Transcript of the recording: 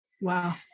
Wow